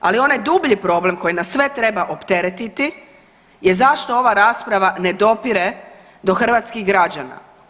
Ali onaj dublji problem koji nas sve treba opteretiti jest zašto ova rasprava ne dopire do hrvatskih građana.